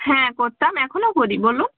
হ্যাঁ করতাম এখনও করি বলুন